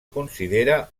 considera